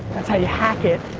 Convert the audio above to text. that's how ya hack it.